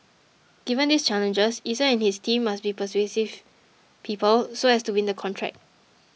given these challenges Eason and his team must be persuasive people so as to win the contract